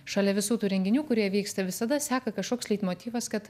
šalia visų tų renginių kurie vyksta visada seka kažkoks leitmotyvas kad